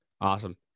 Awesome